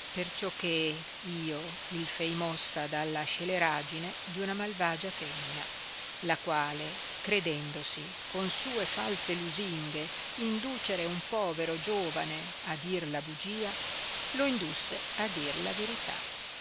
ammirazione perciò che io il fei mossa dalla sceleragine di una malvagia femina la quale credendosi con sue false lusinghe inducere un povero giovane a dir la bugia lo indusse a dir la verità